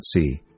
see